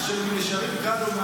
אשר מנשרים קלו,